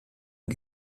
und